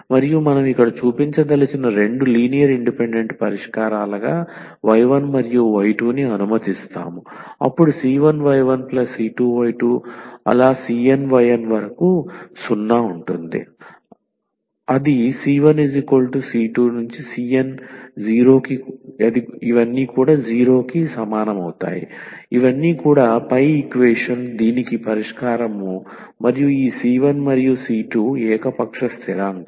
మరియు మనం ఇక్కడ చూపించదలిచిన రెండు లీనియర్ ఇండిపెండెంట్ పరిష్కారాలుగా y1 మరియు y2 ని అనుమతిస్తాము అప్పుడు c1y1c2y2⋯cnyn0⇒c1c2⋯cn0 కూడా పై ఈక్వేషన్ దీనికి పరిష్కారం మరియు ఈ c1 మరియు c2 ఏకపక్ష స్థిరాంకాలు